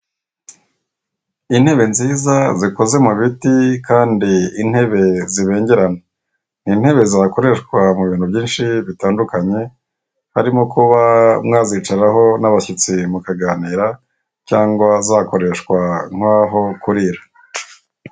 Intebe nziza zikoze mu biti kandi intebe zibegerana n'intebe zakoreshwa mu bintu byinshi bitandukanye, harimo kuba mwazicaraho n'abashyitsi mukaganira cyangwa zakoreshwa nk'aho kurira.